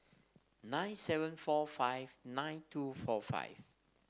nine seven four five nine two four five